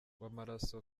w’amaraso